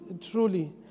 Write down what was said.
truly